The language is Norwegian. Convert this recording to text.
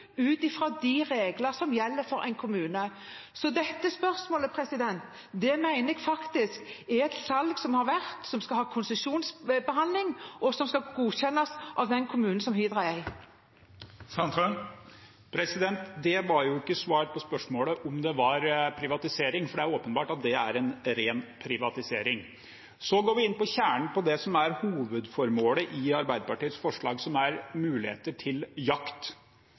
ut fra de regler som gjelder for en kommune. Så dette spørsmålet mener jeg faktisk dreier seg om et salg som har vært, som skal ha konsesjonsbehandling, og som skal godkjennes av den kommunen som Hitra er i. Det var jo ikke et svar på spørsmålet om det var privatisering, for det er åpenbart at det er en ren privatisering. Så går vi inn på kjernen av det som er hovedformålet i Arbeiderpartiets forslag, som er muligheter til jakt.